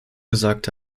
gesagt